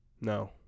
No